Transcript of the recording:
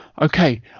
Okay